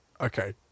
Okay